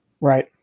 right